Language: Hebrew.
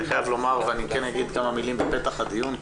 אני אגיד כמה מיילים בפתח הדיון.